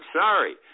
sorry